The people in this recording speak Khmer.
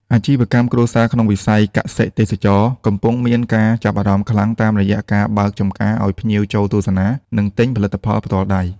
អាជីវកម្មគ្រួសារក្នុងវិស័យកសិ-ទេសចរណ៍ កំពុងមានការចាប់អារម្មណ៍ខ្លាំងតាមរយៈការបើកចម្ការឱ្យភ្ញៀវចូលទស្សនា និងទិញផលិតផលផ្ទាល់ដៃ។